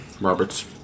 Robert's